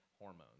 hormones